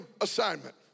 assignment